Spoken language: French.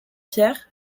pierre